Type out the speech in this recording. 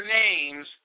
names